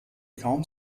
kaum